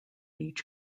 each